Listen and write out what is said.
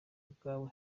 ubwawe